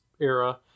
era